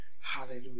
Hallelujah